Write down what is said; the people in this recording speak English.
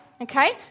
okay